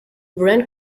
brand